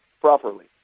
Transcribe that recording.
properly